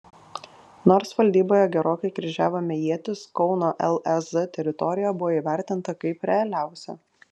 nors valdyboje gerokai kryžiavome ietis kauno lez teritorija buvo įvertinta kaip realiausia